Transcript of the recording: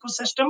ecosystem